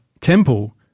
temple